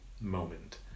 moment